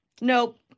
Nope